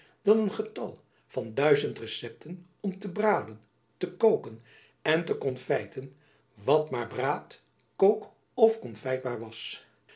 dan een getal van duizend recepten om te braden te kooken en te konfijten wat maar braadkook of konfijtbaar was